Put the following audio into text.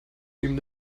ihm